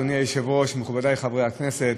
אדוני היושב-ראש, מכובדי חברי הכנסת,